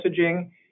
messaging